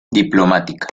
diplomática